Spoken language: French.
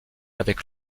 avec